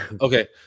Okay